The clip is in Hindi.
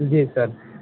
जी सर